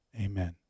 amen